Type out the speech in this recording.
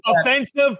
Offensive